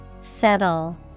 Settle